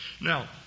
Now